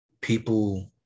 people